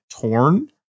torn